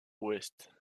ouest